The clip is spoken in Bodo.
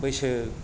बैसो